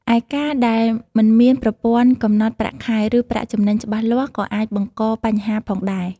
ឯ ការដែលមិនមានប្រព័ន្ធកំណត់ប្រាក់ខែ ឬប្រាក់ចំណេញច្បាស់លាស់ ក៏អាចបង្កបញ្ហាផងដែរ។